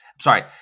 sorry